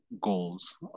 goals